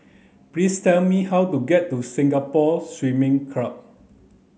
please tell me how to get to Singapore Swimming Club